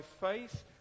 faith